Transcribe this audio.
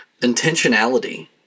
intentionality